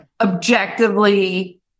objectively